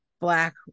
black